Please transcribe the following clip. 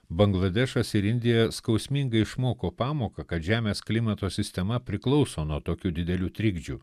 bangladešas ir indija skausmingai išmoko pamoką kad žemės klimato sistema priklauso nuo tokių didelių trikdžių